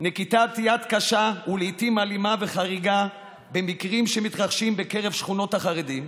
נקיטת יד קשה ולעיתים אלימה וחריגה במקרים שמתרחשים בקרב שכונות החרדים.